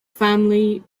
family